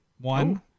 One